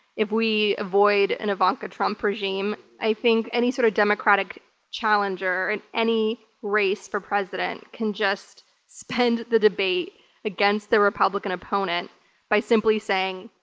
if we avoid an ivanka trump regime, i think any sort of democratic challenger in any race for president can just spin the debate against the republican opponent by simply saying,